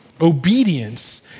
obedience